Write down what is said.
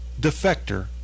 defector